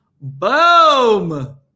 Boom